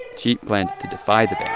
she planned to defy the ban